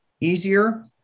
easier